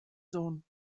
sohn